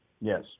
Yes